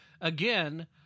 Again